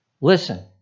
Listen